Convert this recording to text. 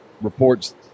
reports